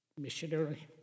missionary